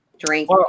drink